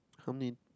how many